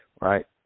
right